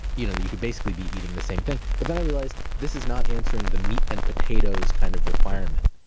you know you could basically be eating the same thing. but then i realized this is not answering the meat and potatoes kind of requirement.